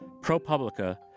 ProPublica